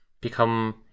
become